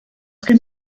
gen